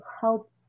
help